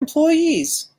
employees